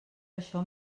això